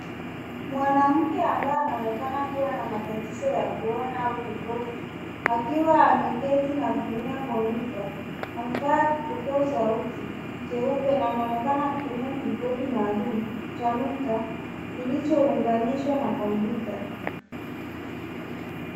Mwanamke ambayo anaonekana kuwa na matatizo ya kuona au kibovu akiwa ameketi na kutumia kompyuta. Amevaa kipokea sauti jeupe na anaonekana kutumia kibodi maalum cha nukta kilichounganishwa na kompyuta.